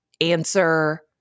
answer